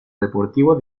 deportivo